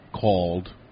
called